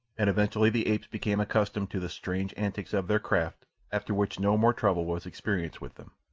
and eventually the apes became accustomed to the strange antics of their craft, after which no more trouble was experienced with them.